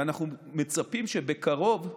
ואנחנו מצפים שבקרוב,